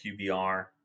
QBR